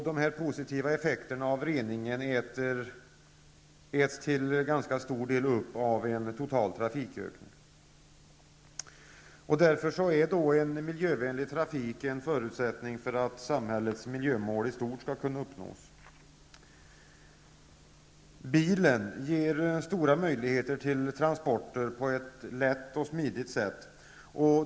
De positiva effekterna av reningen äts till ganska stor del upp av den totala trafikökningen. Därför är en miljövänlig trafik en förutsättning för att samhällets miljömål i stort skall kunna uppnås. Bilen ger stora möjligheter till transporter på ett lätt och smidigt sätt.